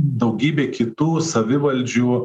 daugybė kitų savivaldžių